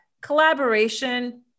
collaboration